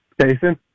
Jason